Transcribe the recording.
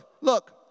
look